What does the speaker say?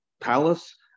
palace